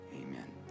Amen